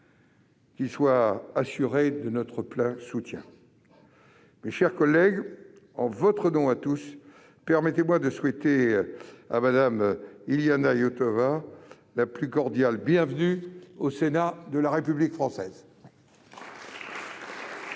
Qu'ils soient assurés de notre plein soutien. Mes chers collègues, en votre nom à tous, permettez-moi de souhaiter à Mme Iliana Iotova la plus cordiale bienvenue au Sénat de la République française ! Nous reprenons